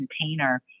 container